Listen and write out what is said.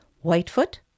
Whitefoot